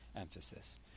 emphasis